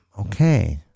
okay